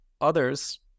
others